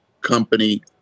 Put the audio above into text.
company